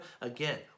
again